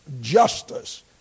justice